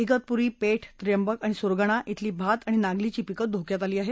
ीतपूरी पेठ त्र्यंबक आणि सुरगाणा धिली भात आणि नागलीची पिकं धोक्यात आली आहेत